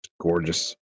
gorgeous